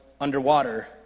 underwater